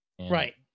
right